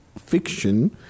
fiction